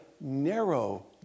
narrow